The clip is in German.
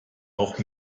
auch